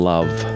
Love